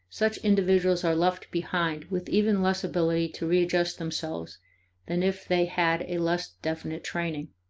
such individuals are left behind with even less ability to readjust themselves than if they had a less definite training.